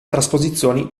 trasposizioni